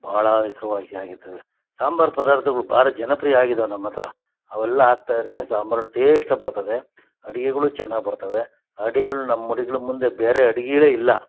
ಬಹಳ ಹೆಸ್ರ್ವಾಸಿ ಆಗಿರ್ತವೆ ಸಾಂಬಾರು ಪದಾರ್ಥಗಳು ಭಾರಿ ಜನಪ್ರಿಯ ಆಗಿದಾವೆ ನಮ್ಮ ಹತ್ರ ಅವೆಲ್ಲ ಹಾಕ್ತಾರಿಂದ ಸಾಂಬಾರು ಟೇಶ್ಟಾಗಿ ಬರ್ತದೆ ಅಡುಗೆಗಳು ಚೆನ್ನಾಗಿ ಬರ್ತವೆ ಅಡಿಗಳು ನಮ್ಮ ಅಡಿಗಳ ಮುಂದೆ ಬೇರೆ ಅಡಿಗೆಗಳೆ ಇಲ್ಲ